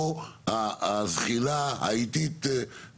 או הזחילה האיטית.